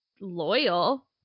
loyal